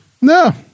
No